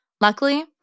Luckily